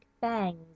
Bangs